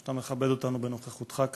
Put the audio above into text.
שאתה מכבד אותנו בנוכחותך כאן.